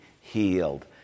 healed